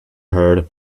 herd